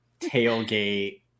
tailgate